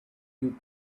you